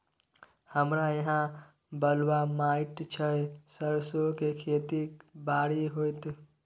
हमरा यहाँ बलूआ माटी छै सरसो के खेती बारी होते?